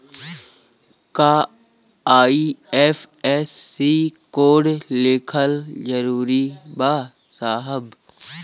का IFSC code लिखल जरूरी बा साहब?